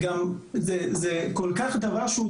גם זה דבר שהוא כל כך דינמי,